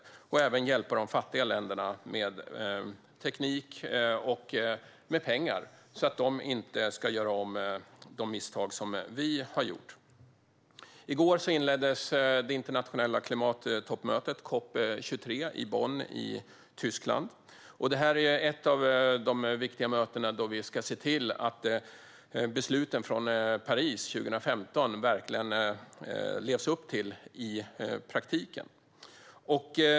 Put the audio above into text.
Vi måste även hjälpa de fattiga länderna med teknik och pengar, så att de inte gör om våra misstag. I går inleddes det internationella klimattoppmötet, COP 23, i Bonn i Tyskland. Det är ett av flera viktiga möten där vi ska se till att man lever upp till besluten som togs i Paris 2015.